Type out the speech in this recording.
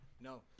No